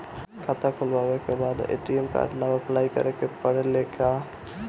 खाता खोलबाबे के बाद ए.टी.एम कार्ड ला अपलाई करे के पड़ेले का?